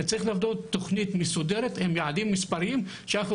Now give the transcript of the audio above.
צריך לבנות תוכנית מסודרת עם יעדים מספריים שאנחנו